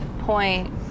point